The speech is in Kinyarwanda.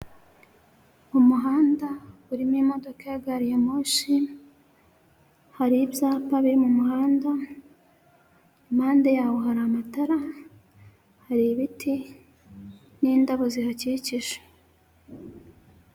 Umuhanda urimo imodoka ya gariyamoshi hari icyapa biri mu muhanda, impande yaho hari amatara hari ibiti n'indabo zihakikije.